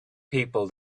people